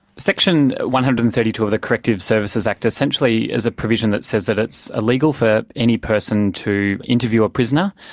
section one hundred and thirty two of the corrective services act essentially is a provision that says that it's illegal for any person to interview a prisoner,